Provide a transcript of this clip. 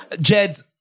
Jed's